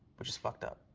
which is fucked up.